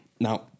Now